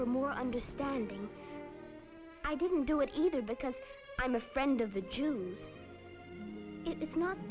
for more understanding i didn't do it either because i'm a friend of the jews it's not